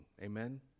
Amen